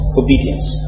obedience